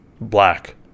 Black